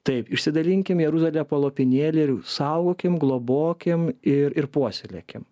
taip išsidalinkim jeruzalę po lopinėlį ir saugokim globokim ir ir puoselėkim